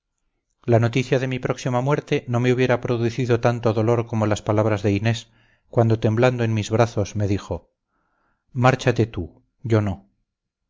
la noticia de mi próxima muerte no me hubiera producido tanto dolor como las palabras de inés cuando temblando en mis brazos me dijo márchate tú yo no